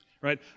Right